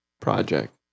project